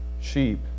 sheep